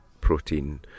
protein